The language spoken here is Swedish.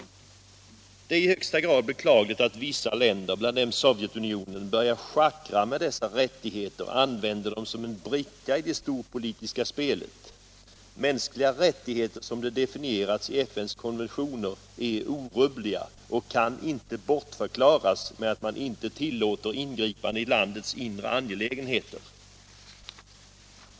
Det är i högsta grad beklagligt att vissa länder, bland dem Sovjetunionen, börjar schackra med dessa rättigheter och använder dem som en bricka i det storpolitiska spelet. Mänskliga rättigheter som de definierats i FN:s konventioner är orubbliga och kan inte bortförklaras med att man inte tillåter ingripanden i ett lands inre angelägenheter.